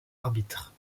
arbitre